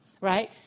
right